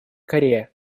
корея